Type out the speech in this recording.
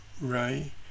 Ray